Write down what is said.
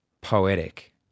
Poetic